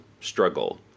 struggle